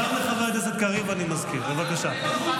גם לחבר הכנסת קריב אני מזכיר, בבקשה.